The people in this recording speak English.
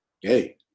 Hey